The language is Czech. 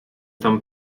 tam